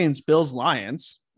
Bills-Lions